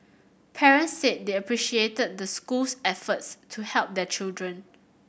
parents said they appreciated the school's efforts to help their children